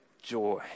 joy